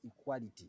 equality